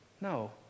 No